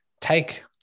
take